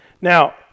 Now